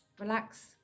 relax